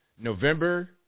November